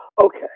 Okay